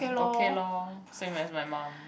okay loh same as my mum